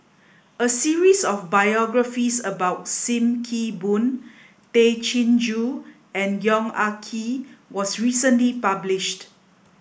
a series of biographies about Sim Kee Boon Tay Chin Joo and Yong Ah Kee was recently published